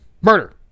Murder